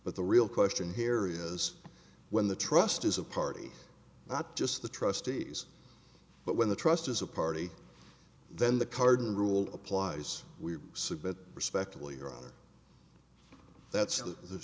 but the real question here is when the trust is a party not just the trustees but when the trust is a party then the cardinal rule applies we submit respectively or that's the